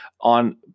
on